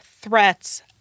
threats